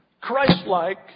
Christ-like